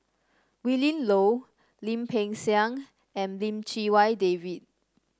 Willin Low Lim Peng Siang and Lim Chee Wai David